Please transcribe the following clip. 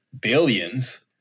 billions